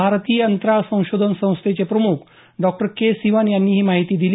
भारतीय अंतराळ संशोधन संस्थेचे प्रम्ख डॉक्टर के सिवन यांनी ही माहिती दिली